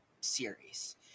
series